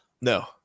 No